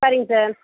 சரிங்க சார்